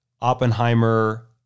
Oppenheimer